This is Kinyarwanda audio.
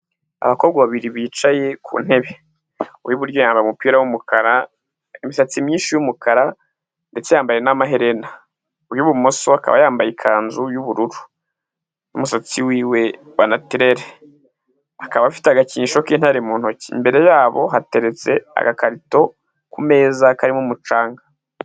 Abakobwa babiri bicaye ku ntebe, uwi'buryo yambaye umupira w'umukara, imisatsi myinshi y'umukara ndetse yambaye n'amaherena, uw'ibumoso akaba yambaye ikanzu y'ubururu n'umusatsi w'iwe wa natirere, akaba afite agakinisho k'intare mu ntoki, imbere ya bo hateretse agakarito ku meza karimo umucanga.